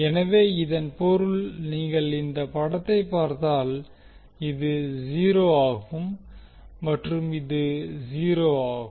எனவே இதன் பொருள் நீங்கள் இந்த படத்தை பார்த்தால் இது 0 ஆகும் மற்றும் இது மீண்டும் 0 ஆகும்